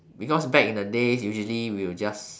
because back in the days usually we'll just